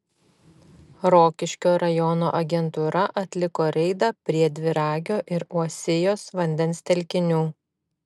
rokiškio rajono agentūra atliko reidą prie dviragio ir uosijos vandens telkinių